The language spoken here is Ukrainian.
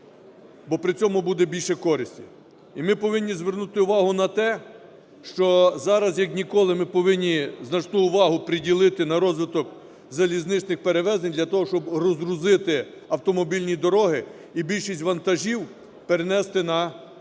бо при цьому буде більше користі. І ми повинні звернути увагу на те, що зараз як ніколи ми повинні значну увагу приділити на розвиток залізничних перевезень для того, щоби розгрузити автомобільні дороги і більшість вантажів перенести на поїзди